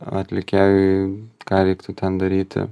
atlikėjui ką reiktų ten daryti